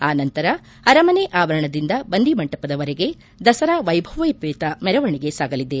ಆನಂತರ ಅರಮನೆ ಆವರಣದಿಂದ ಬನ್ನಿ ಮಂಟಪದವರೆಗೆ ದಸರಾ ವೈಭವೋಪೇತ ಮೆರವಣಿಗೆ ಸಾಗಲಿದೆ